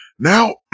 Now